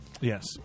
Yes